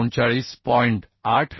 6 होईल 539